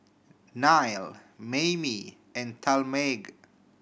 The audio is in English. Nile Maymie and Talmage